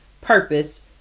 purpose